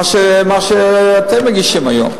ממה שאתם מגישים היום.